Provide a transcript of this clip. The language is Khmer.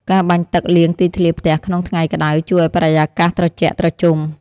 ការបាញ់ទឹកលាងទីធ្លាផ្ទះក្នុងថ្ងៃក្តៅ ជួយឱ្យបរិយាកាសត្រជាក់ត្រជុំ។